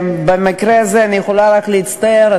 ובמקרה הזה אני יכולה רק להצטער,